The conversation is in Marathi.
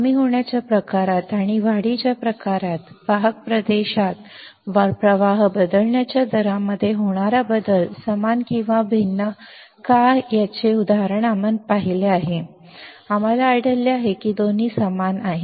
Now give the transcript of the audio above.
कमी होण्याच्या प्रकारात आणि वाढीच्या प्रकारात वाहक प्रदेशात प्रवाह बदलण्याच्या दरामध्ये होणारा बदल समान किंवा भिन्न आहे का याचे उदाहरण आम्ही पाहिले आहे आम्हाला आढळले की दोन्ही समान आहेत